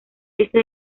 este